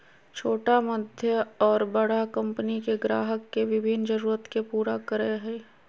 छोटा मध्य और बड़ा कंपनि के ग्राहक के विभिन्न जरूरत के पूरा करय हइ